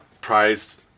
prized